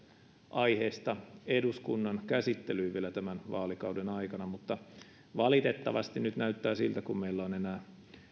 aiheesta eduskunnan käsittelyyn vielä tämän vaalikauden aikana mutta valitettavasti nyt näyttää siltä kun meillä on enää